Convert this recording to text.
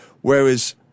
Whereas